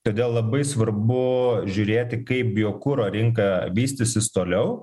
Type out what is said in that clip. todėl labai svarbu žiūrėti kaip biokuro rinka vystysis toliau